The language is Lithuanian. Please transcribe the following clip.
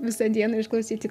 visą dieną išklausyti